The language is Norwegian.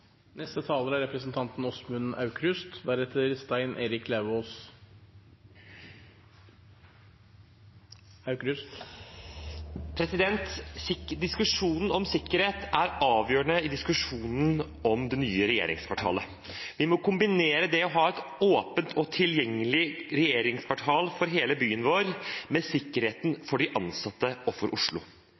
Diskusjonen om sikkerhet er avgjørende i diskusjonen om det nye regjeringskvartalet. Vi må kombinere det å ha et åpent og tilgjengelig regjeringskvartal for hele byen vår med sikkerheten for de ansatte og for Oslo.